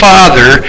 Father